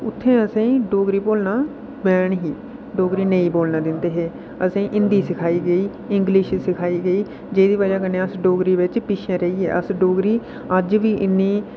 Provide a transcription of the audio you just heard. उत्थैं असें ई डोगरी बोलना बैन ही डोगरी नेईं बोलन दिंदे हे असें ई हिंदी सखाई गेई इंगलिश सखाई गेई जेह्दी बजह कन्नै अस डोगरी बिच्च पिच्छै रेही गे अस डोगरी अज्ज बी इन्नी